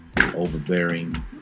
overbearing